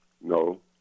No